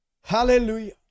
Hallelujah